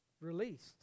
released